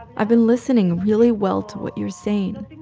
i've been listening really well to what you're saying.